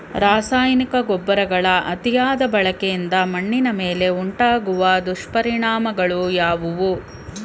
ರಾಸಾಯನಿಕ ಗೊಬ್ಬರಗಳ ಅತಿಯಾದ ಬಳಕೆಯಿಂದ ಮಣ್ಣಿನ ಮೇಲೆ ಉಂಟಾಗುವ ದುಷ್ಪರಿಣಾಮಗಳು ಯಾವುವು?